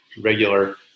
regular